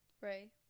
Right